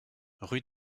rue